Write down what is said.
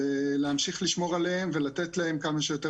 ולהמשיך לשמור עליהם ולתת להם כמה שיותר